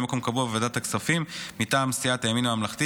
מקום קבוע בוועדת הכספים מטעם סיעת הימין הממלכתי,